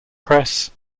press